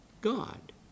God